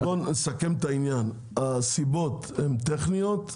אז בוא נסכם את העניין: הסיבות הן טכניות,